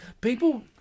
people